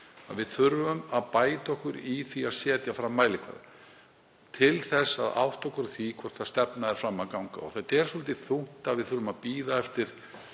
að við þurfum að bæta okkur í því að setja fram mælikvarða til að átta okkur á því hvort stefnan nái fram að ganga. Það er svolítið þungt að við þurfum að bíða eftir